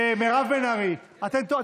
מירב בן ארי, אתן טועות.